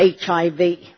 HIV